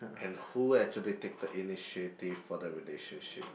and who actually take the initiative for the relationship